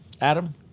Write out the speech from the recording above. Adam